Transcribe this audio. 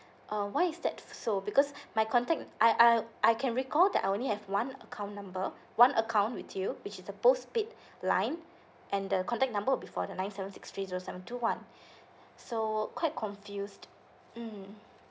uh why is that so because my contact I I I can recall that I only have one account number one account with you which the postpaid line and the contact number will be for the nine seven six three zero seven two one so quite confused mm